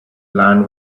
land